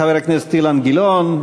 חבר הכנסת אילן גילאון,